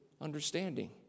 understanding